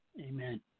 Amen